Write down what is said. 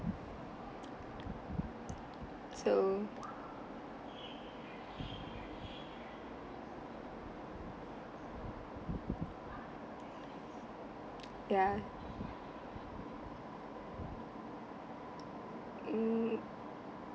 so ya mm